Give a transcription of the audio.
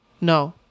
No